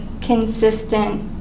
consistent